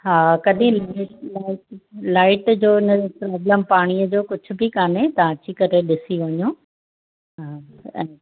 हां कॾहिं लाइ लाइट लाइट जो हिन जो प्रॉब्लम पाणीअ जो कुझु बि काने तव्हां अची करे ॾिसी वञो हा